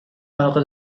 علاقه